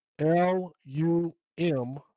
L-U-M